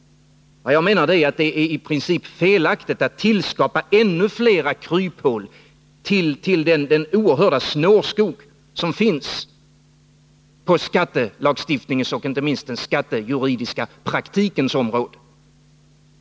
Jag menar att det i praktiken är felaktigt att skapa ännu fler kryphål i den oerhörda snårskog som finns på skattelagstiftningens och inte minst den skattejuridiska praktikens område.